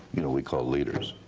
you know we called leaders.